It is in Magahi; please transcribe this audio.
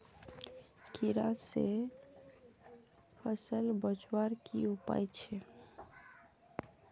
कीड़ा से फसल बचवार की उपाय छे?